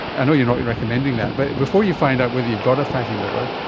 i know you're not recommending that, but before you find out whether you've got a fatty liver,